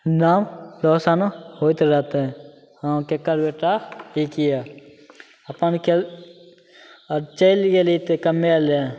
नाम रोशन होइत रहतै हँ ककर बेटा ठीक यऽ अपन खेल चलि गेलही तऽ कमबै ले